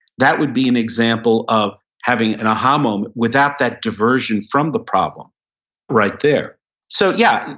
that would be an example of having an aha moment without that diversion from the problem right there so yeah,